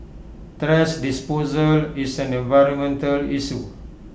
thrash disposal is an environmental issue